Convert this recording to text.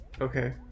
Okay